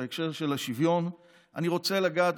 בהקשר של השוויון אני רוצה לגעת,